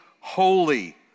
holy